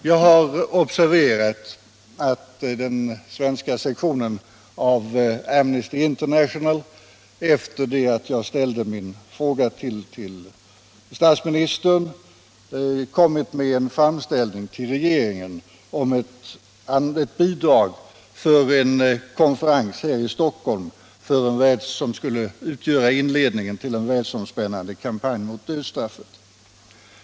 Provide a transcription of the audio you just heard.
Jag har observerat att den svenska sektionen av Amnesty International efter det att jag ställt min fråga till statsministern har kommit med en framställning till regeringen om ett bidrag för en konferens här i Stockholm vilken skulle utgöra inledningen till en världsomspännande kampanj mot dödsstraffet.